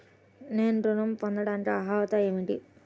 నేను ఋణం పొందటానికి అర్హత ఏమిటి?